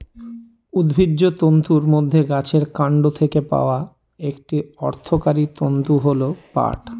উদ্ভিজ্জ তন্তুর মধ্যে গাছের কান্ড থেকে পাওয়া একটি অর্থকরী তন্তু হল পাট